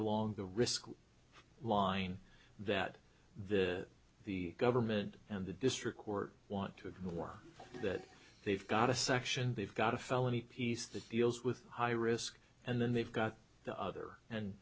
along the risk line that the the government and the district court want to work that they've got a section they've got a felony piece that deals with high risk and then they've got the other and